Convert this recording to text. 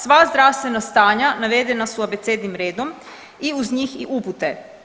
Sva zdravstvena stanja navedena su abecednim redom i uz njih i upute.